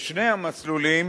בשני המסלולים